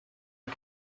new